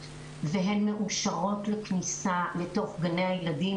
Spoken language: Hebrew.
והן מאושרות לכניסה לתוך גני הילדים.